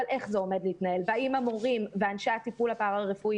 אבל איך זה הולך להתנהל והאם המורים ואנשי הטיפול הפרא-רפואי